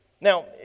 Now